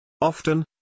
Often